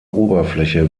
oberfläche